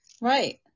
Right